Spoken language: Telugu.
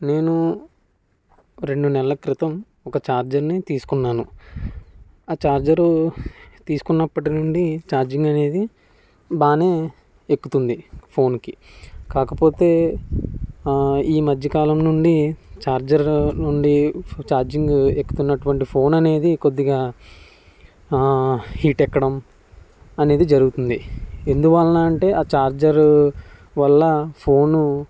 నేను రెండు నెలల క్రితం ఒక ఛార్జర్ని తీసుకున్నాను ఆ ఛార్జరు తీసుకున్నప్పటి నుండి ఛార్జింగ్ అనేది బాగానే ఎక్కుతుంది ఫోన్కి కాకపోతే ఈ మధ్యకాలం నుండి ఛార్జర్ నుండి ఛార్జింగ్ ఎక్కుతున్నటువంటి ఫోన్ అనేది కొద్దిగా హీట్ ఎక్కడం అనేది జరుగుతుంది ఎందువలన అంటే ఆ చార్జర్ వల్ల ఫోను